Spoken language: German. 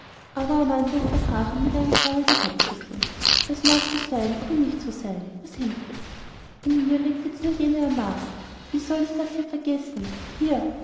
aber amanda unterbrach ihn mit einem traurigen kopfschütteln das mag so sein oder nicht so sein was hilft es in mir lebt jetzt nur jene amara wie könnte ich das hier vergessen hier